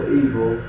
evil